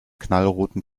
knallroten